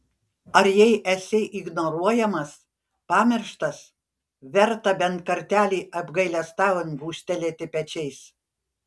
ar jei esi ignoruojamas pamirštas verta bent kartelį apgailestaujant gūžtelėti pečiais